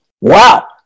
Wow